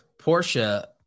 Portia